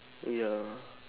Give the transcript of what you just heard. ya